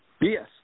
Yes